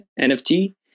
NFT